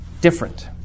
different